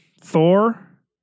Thor